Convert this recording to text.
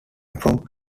from